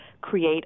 create